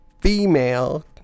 female